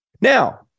Now